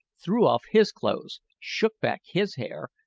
threw off his clothes, shook back his hair,